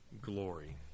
glory